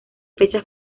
fechas